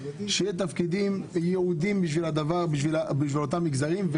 שיהיו תפקידים ייעודיים בשביל אותם מגזרים.